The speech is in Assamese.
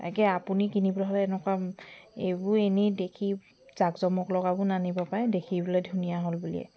তাকে আপুনি কিনিবলৈ হ'লে এনেকুৱা এইবোৰ এনে দেখি জাক জমক লগাবোৰ নানিব পায় দেখিবলৈ ধুনীয়া হ'ল বুলিয়ে